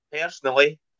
Personally